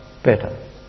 better